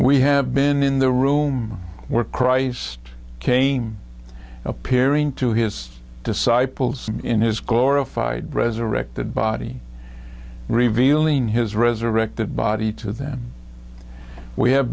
we have been in the room where christ came appearing to his disciples in his core of fide resurrected body revealing his resurrected body to them we have